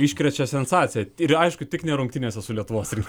iškrečia sensaciją ir aišku tik ne rungtynėse su lietuvos rytu